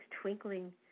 twinkling